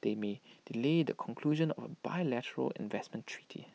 they may delay the conclusion of bilateral investment treaty